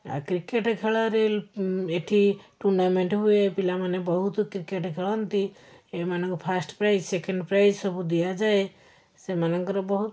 ଆଉ କ୍ରିକେଟ୍ ଖେଳରେ ଏଠି ଟୁର୍ଣ୍ଣାମେଣ୍ଟ ହୁଏ ପିଲାମାନେ ବହୁତ କ୍ରିକେଟ୍ ଖେଳନ୍ତି ଏମାନଙ୍କ ଫାଷ୍ଟ ପ୍ରାଇଜ୍ ସେକେଣ୍ଡ ପ୍ରାଇଜ୍ ସବୁ ଦିଆଯାଏ ସେମାନଙ୍କର ବହୁତ